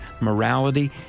morality